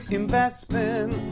investment